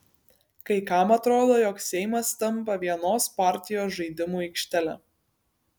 kai kam atrodo jog seimas tampa vienos partijos žaidimų aikštele